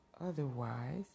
otherwise